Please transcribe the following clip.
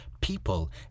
people